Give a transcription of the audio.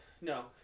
No